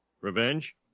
revenge